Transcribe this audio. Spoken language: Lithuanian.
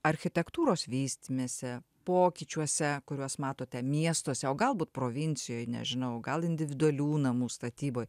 architektūros vystymesi pokyčiuose kuriuos matote miestuose o galbūt provincijoj nežinau gal individualių namų statyboj